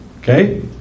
Okay